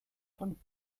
von